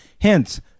Hence